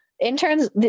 interns